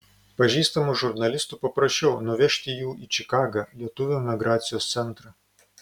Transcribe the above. pažįstamų žurnalistų paprašiau nuvežti jų į čikagą lietuvių emigracijos centrą